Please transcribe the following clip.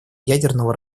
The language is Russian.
ядерного